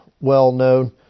well-known